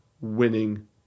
winning